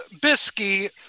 bisky